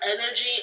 energy